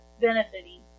benefiting